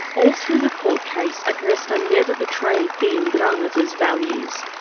all through the court case, agresta never betrayed the ndrangheta's values.